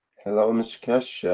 hello mr keshe,